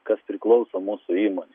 kas priklauso mūsų įmonei